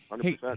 Hey